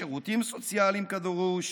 שירותים סוציאליים כדרוש,